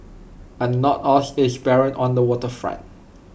but not all is barren on the Water Front